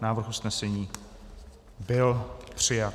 Návrh usnesení byl přijat.